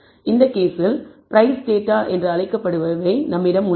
எனவே இந்த கேஸில் பிரைஸ் டேட்டா என்று அழைக்கப்படுபவை நம்மிடம் உள்ளன